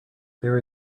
there